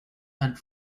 and